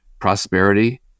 prosperity